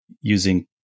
using